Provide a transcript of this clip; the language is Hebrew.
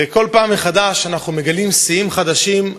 כל פעם מחדש אנחנו מגלים שיאים חדשים,